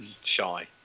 shy